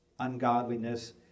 ungodliness